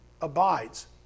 abides